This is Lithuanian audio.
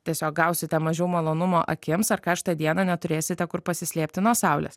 tiesiog gausite mažiau malonumo akims ar karštą dieną neturėsite kur pasislėpti nuo saulės